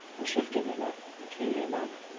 and shifted in a peculiar manner.